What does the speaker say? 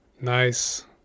Nice